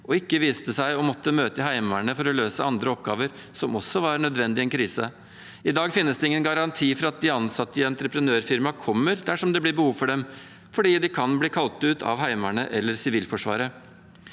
og ikke måtte møte i Heimevernet for å løse andre oppgaver som også var nødvendig i en krise. I dag finnes det ingen garanti for at de ansatte i entreprenørfirmaer kommer dersom det blir behov for dem, fordi de kan bli kalt ut av Heimevernet eller Sivilforsvaret.